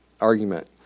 argument